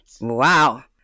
Wow